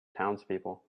townspeople